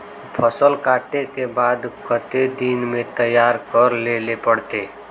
फसल कांटे के बाद कते दिन में तैयारी कर लेले पड़ते?